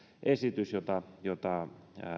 esitys jota jota